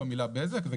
בזק.